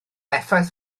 effaith